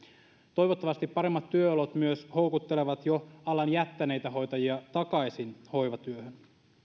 toivottavasti paremmat työolot myös houkuttelevat jo alan jättäneitä hoitajia takaisin hoivatyöhön